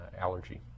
Allergy